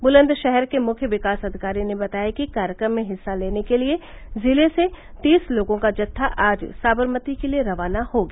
बुलंदशहर के मुख्य विकास अधिकारी ने बताया कि कार्यक्रम में हिस्सा लेने के लिये जिले से तीस लोगों का जत्था आज साबरमती के लिये रवाना हो गया